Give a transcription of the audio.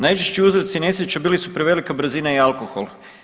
Najčešći uzroci nesreća bili su prevelika brzina i alkohol.